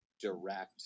direct